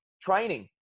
training